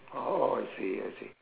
oh I see I see